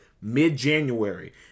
mid-January